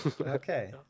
Okay